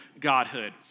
Godhood